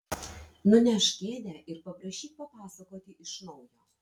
nunešk kėdę ir paprašyk papasakoti iš naujo